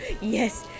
Yes